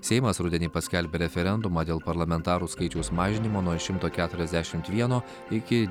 seimas rudenį paskelbė referendumą dėl parlamentarų skaičiaus mažinimo nuo šimto keturiasdešimt vieno iki